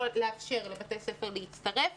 לא אוהב לאפשר לבתי-ספר להצטרף.